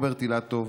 רוברט אילטוב,